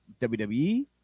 wwe